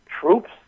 troops